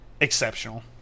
exceptional